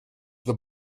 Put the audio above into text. the